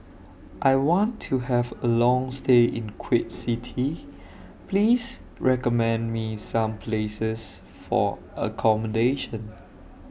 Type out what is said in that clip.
I want to Have A Long stay in Kuwait City Please recommend Me Some Places For accommodation